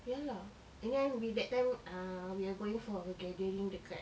ya lah and then we that time ah we are going for a gathering dekat